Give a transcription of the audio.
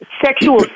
sexual